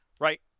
right